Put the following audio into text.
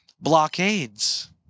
blockades